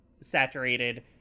saturated